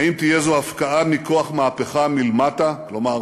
האם תהיה זו הפקעה מכוח מהפכה מלמטה" כלומר,